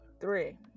Three